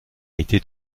été